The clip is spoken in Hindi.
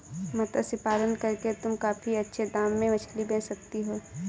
मत्स्य पालन करके तुम काफी अच्छे दाम में मछली बेच सकती हो